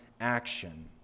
action